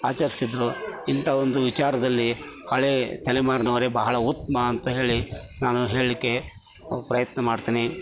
ಆಚರಿಸ್ತಿದ್ರು ಇಂಥ ಒಂದು ವಿಚಾರದಲ್ಲಿ ಹಳೆ ತಲೆಮಾರಿನವರೆ ಬಹಳ ಉತ್ತಮ ಅಂತ ಹೇಳಿ ನಾನು ಹೇಳಲಿಕ್ಕೆ ಪ್ರಯತ್ನ ಮಾಡ್ತೇನೆ